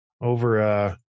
over